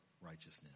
righteousness